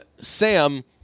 Sam